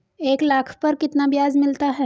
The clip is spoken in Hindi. एक लाख पर कितना ब्याज मिलता है?